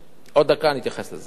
עוד דקה, אני אתייחס לזה.